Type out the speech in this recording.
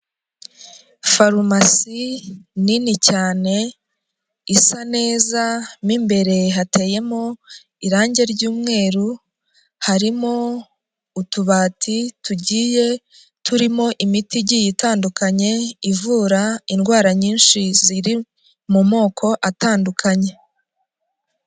Farumasi nini cyane, isa neza mo imbere hateyemo irangi ry'mweru, harimo utubati tugiye turimo imiti igiye itandukanye ivura indwara nyinshi ziri mu moko atandukanye.